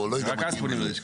ורק אז פונים ללשכה.